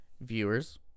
viewers